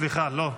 סליחה, לא.